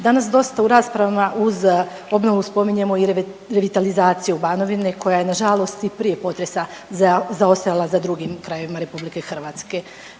Danas dosta u raspravama uz obnovu spominjemo i revitalizaciju Banovine koja je nažalost i prije potresa zaostajala za drugim krajevima RH, Vlada je